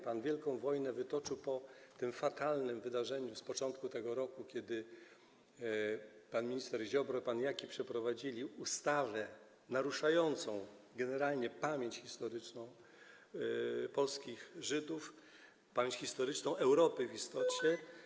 Pan wielką wojnę wytoczył po tym fatalnym wydarzeniu z początku tego roku, kiedy pan minister Ziobro i pan Jaki przeprowadzili ustawę naruszającą generalnie pamięć historyczną polskich Żydów, pamięć historyczną Europy w istocie.